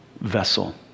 vessel